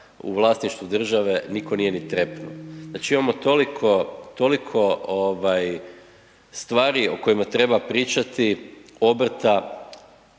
u vlasništvu države nitko nije ni trepnuo. Znači imamo toliko, toliko stvari o kojima treba pričati, obrta,